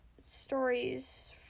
stories